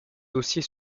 dossier